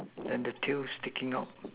then the tail sticking out